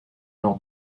lors